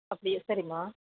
அப்படியா சரிம்மா